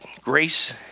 Grace